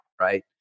Right